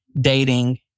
dating